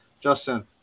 Justin